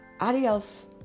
Adios